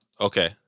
Okay